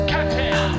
Captain